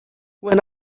when